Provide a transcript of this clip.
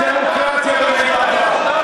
דמוקרטיה במיטבה.